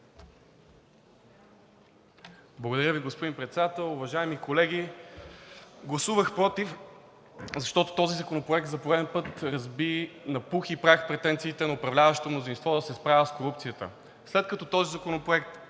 Благодаря Ви, господин Председател. Уважаеми колеги! Гласувах против, защото този законопроект за пореден път разби на пух и прах претенциите на управляващото мнозинство да се справя с корупцията. След като този законопроект